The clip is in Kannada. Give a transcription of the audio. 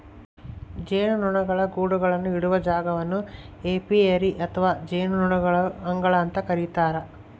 ಜೇನುನೊಣಗಳ ಗೂಡುಗಳನ್ನು ಇಡುವ ಜಾಗವನ್ನು ಏಪಿಯರಿ ಅಥವಾ ಜೇನುನೊಣಗಳ ಅಂಗಳ ಅಂತ ಕರೀತಾರ